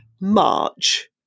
March